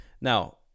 Now